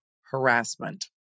harassment